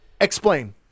Explain